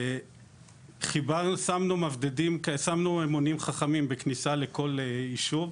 שמנו מונים חכמים בכניסה לכל יישוב,